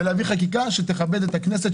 וצריך להביא חקיקה שתכבד את הכנסת,